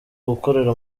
gukorera